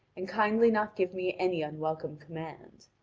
and kindly not give me any unwelcome command.